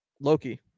Loki